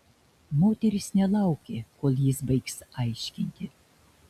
moteris nelaukė kol jis baigs aiškinti